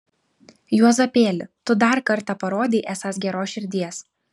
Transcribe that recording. juozapėli tu dar kartą parodei esąs geros širdies